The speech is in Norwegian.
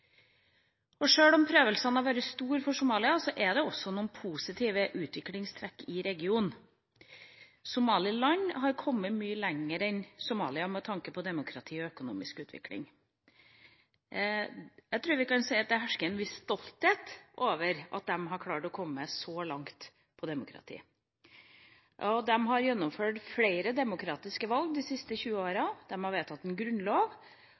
Sjøl om prøvelsene har vært store for Somalia, er det også noen positive utviklingstrekk i regionen. Somaliland har kommet mye lenger enn Somalia med tanke på demokrati og økonomisk utvikling. Jeg tror vi kan si at det hersker en viss stolthet over at de har klart å komme så langt når det gjelder demokrati. De har gjennomført flere demokratiske valg de siste 20 åra, de har vedtatt en grunnlov,